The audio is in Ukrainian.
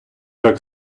так